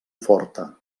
forta